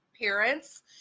parents